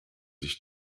ich